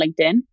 LinkedIn